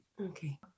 Okay